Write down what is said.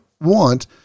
want